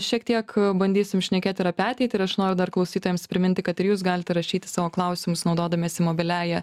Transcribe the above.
šiek tiek bandysim šnekėt ir apie ateitį ir aš noriu dar klausytojams priminti kad ir jūs galite rašyti savo klausimus naudodamiesi mobiliąja